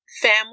family